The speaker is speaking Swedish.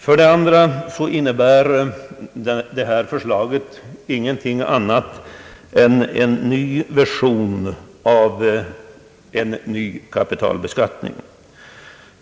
För det andra innebär det ingenting annat än en ny version av kapitalbeskattning.